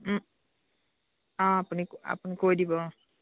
অঁ আপুনি আপুনি কৈ দিব অঁ